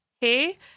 Hey